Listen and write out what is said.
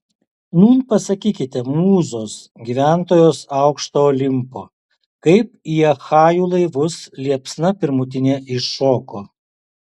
nūn pasakykite mūzos gyventojos aukšto olimpo kaip į achajų laivus liepsna pirmutinė įšoko